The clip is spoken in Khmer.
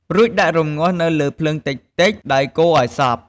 រួចដាក់រំងាស់នៅលើភ្លើងតិចៗ ដោយកូរឱ្យសព្វ។